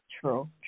True